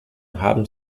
haben